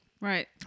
Right